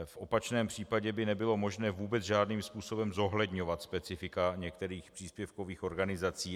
V opačném případě by nebylo možné vůbec žádným způsobem zohledňovat specifika některých příspěvkových organizací.